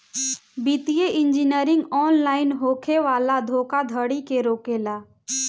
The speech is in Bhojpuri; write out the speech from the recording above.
वित्तीय इंजीनियरिंग ऑनलाइन होखे वाला धोखाधड़ी के रोकेला